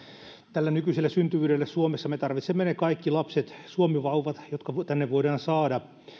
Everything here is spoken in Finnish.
tällä nykyisellä syntyvyydellä suomessa me tarvitsemme ne kaikki lapset suomivauvat jotka tänne voidaan saada jos kysymys on